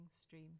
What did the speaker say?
stream